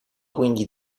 quindi